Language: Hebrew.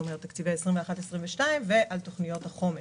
שאלה תקציבי 2021 ו-2022, וגם על תכניות החומש.